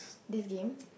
this game